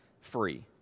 free